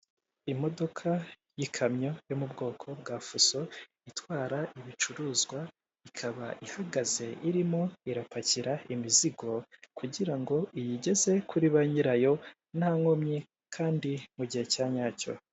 Imodoka y'ikamyo yo mu bwoko bwa fuso itwara ibicuruzwa ikaba ihagaze irimo irapakira imizigo, kugir ango iyigeze kuri banyirayo nta nkomyi kandi mu gihe cyanyacyo.